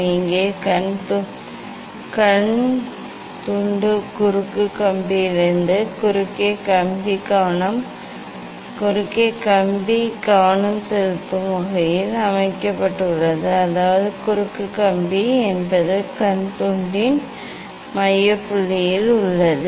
இங்கே கண் துண்டு குறுக்கு கம்பியிலிருந்து குறுக்கே கம்பி கவனம் செலுத்தும் வகையில் அமைக்கப்பட்டுள்ளது அதாவது குறுக்கு கம்பி என்பது கண் துண்டின் மைய புள்ளியில் உள்ளது